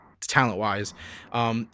talent-wise